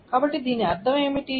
కాబట్టి దీని అర్థం ఏమిటి